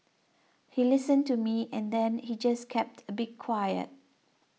he listened to me and then he just kept a bit quiet